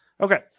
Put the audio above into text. Okay